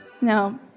No